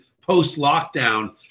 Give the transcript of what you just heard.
post-lockdown